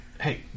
hey